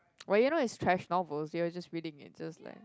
why you know it's trash novels you are just reading it just like